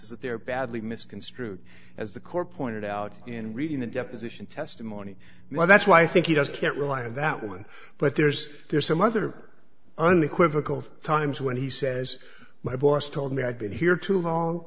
is that they're badly misconstrued as the core pointed out in reading the deposition testimony and that's why i think you just can't rely on that one but there's there's some other unequivocal times when he says my boss told me i've been here too long